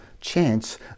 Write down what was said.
chance